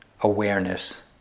awareness